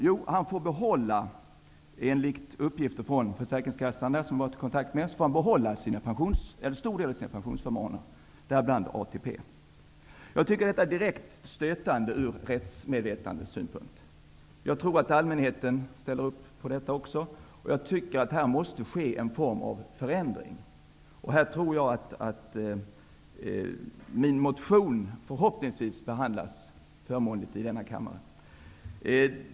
Jo, enligt uppgift från Försäkringskassan, som jag har varit i kontakt med, får mördaren behålla en stor del av sina pensionsförmåner, däribland ATP. Jag tycker att det är direkt stötande ur rättsmedvetandesynpunkt. Jag tror att allmänheten tycker det också, och jag anser att här måste det ske en förändring. Förhoppningsvis kommer min motion i frågan att behandlas välvilligt här i kammaren.